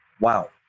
wow